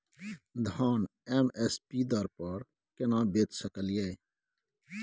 धान M S P दर पर केना बेच सकलियै?